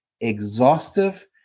exhaustive